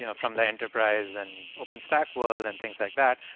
you know from the enterprise and open-stack world and things like that,